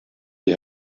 die